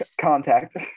contact